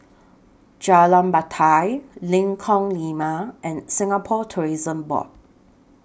Jalan Batai Lengkong Lima and Singapore Tourism Board